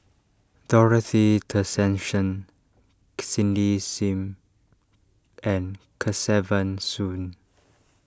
Dorothy Tessensohn Cindy Sim and Kesavan Soon